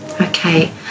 okay